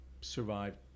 survive